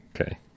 Okay